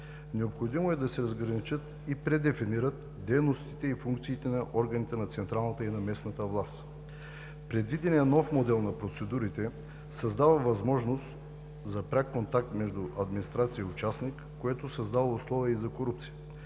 Необходимо е да се разграничат и предефинират дейностите и функциите на органите на централната и на местната власт. Предвиденият нов модел на процедурите създава възможност за пряк контакт между администрация и участник, което създава условия за корупция.